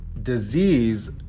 disease